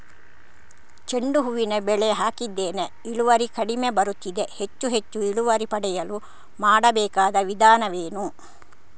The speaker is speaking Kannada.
ಚೆಂಡು ಹೂವಿನ ಬೆಳೆ ಹಾಕಿದ್ದೇನೆ, ಇಳುವರಿ ಕಡಿಮೆ ಬರುತ್ತಿದೆ, ಹೆಚ್ಚು ಹೆಚ್ಚು ಇಳುವರಿ ಪಡೆಯಲು ಮಾಡಬೇಕಾದ ವಿಧಾನವೇನು?